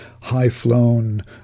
high-flown